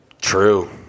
True